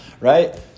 right